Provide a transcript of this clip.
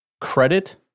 credit